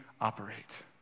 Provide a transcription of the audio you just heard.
operate